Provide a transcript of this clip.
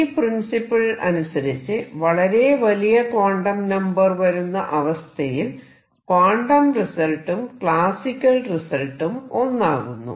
ഈ പ്രിൻസിപ്പിൾ അനുസരിച്ച് വളരെ വലിയ ക്വാണ്ടം നമ്പർ വരുന്ന അവസ്ഥയിൽ ക്വാണ്ടം റിസൾട്ടും ക്ലാസിക്കൽ റിസൾട്ടും ഒന്നാകുന്നു